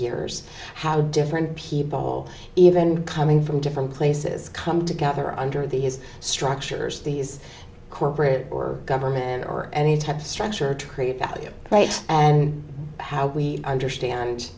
years how different people even coming from different places come together under these structures these corporate or government or any type of structure to create value and how we understand